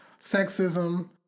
sexism